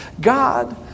God